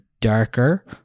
darker